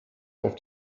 auf